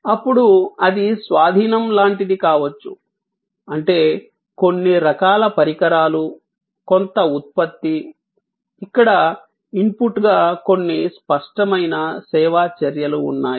అప్పుడు అది స్వాధీనం లాంటిది కావచ్చు అంటే కొన్ని రకాల పరికరాలు కొంత ఉత్పత్తి ఇక్కడ ఇన్పుట్గా కొన్ని స్పష్టమైన సేవా చర్యలు ఉన్నాయి